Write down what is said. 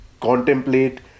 contemplate